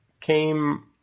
came